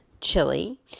chili